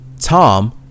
Tom